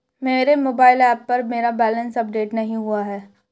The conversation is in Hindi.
मेरे मोबाइल ऐप पर मेरा बैलेंस अपडेट नहीं हुआ है